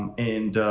and and